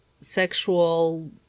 sexual